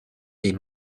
des